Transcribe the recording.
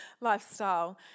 lifestyle